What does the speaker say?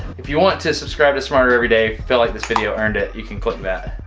if you want to subscribe to smarter every day felt like this video earned it you can click that,